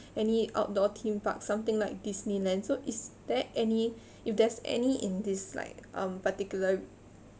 any outdoor theme park something like Disneyland so is there any if there's any in this like um particular